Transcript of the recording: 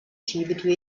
schiebetür